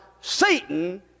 Satan